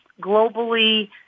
globally